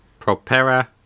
Propera